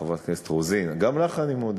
חברת הכנסת רוזין, גם לך אני מודה,